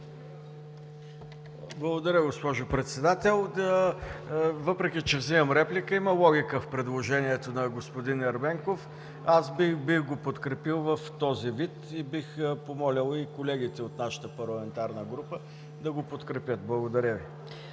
Благодаря, госпожо Председател. Въпреки че взимам реплика, има логика в предложението на господин Ерменков. Аз бих го подкрепил в този вид и бих помолил и колегите от нашата парламентарна група да го подкрепят. Благодаря Ви.